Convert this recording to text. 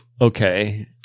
okay